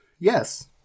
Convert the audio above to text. yes